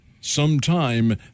sometime